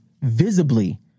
visibly